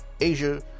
Asia